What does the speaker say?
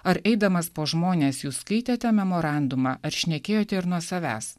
ar eidamas po žmones jūs skaitėte memorandumą ar šnekėjote ir nuo savęs